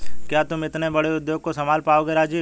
क्या तुम इतने बड़े उद्योग को संभाल पाओगे राजीव?